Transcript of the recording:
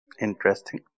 interesting